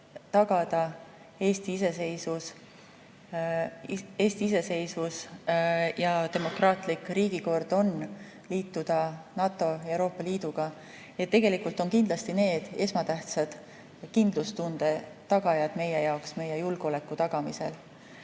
tagada Eesti iseseisvus ja demokraatlik riigikord on liituda NATO ja Euroopa Liiduga. Need tegelikult on esmatähtsad kindlustunde tagajad meie jaoks meie julgeoleku tagamisel.